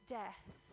death